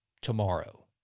tomorrow